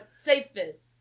Safest